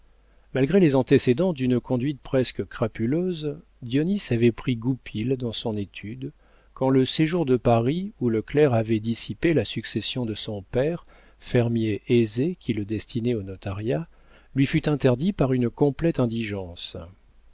malgré les antécédents d'une conduite presque crapuleuse dionis avait pris goupil dans son étude quand le séjour de paris où le clerc avait dissipé la succession de son père fermier aisé qui le destinait au notariat lui fut interdit par une complète indigence